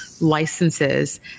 licenses